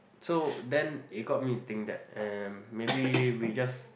so then you got me to think that um maybe we just